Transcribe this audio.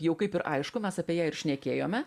jau kaip ir aišku mes apie ją ir šnekėjome